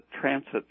transit